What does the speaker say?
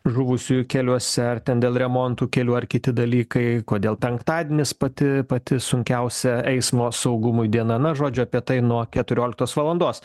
žuvusiųjų keliuose ar ten dėl remontų kelių ar kiti dalykai kodėl penktadienis pati pati sunkiausia eismo saugumui diena na žodžiu apie tai nuo keturioliktos valandos